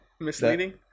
Misleading